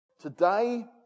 Today